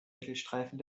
mittelstreifen